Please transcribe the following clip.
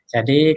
Jadi